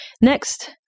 Next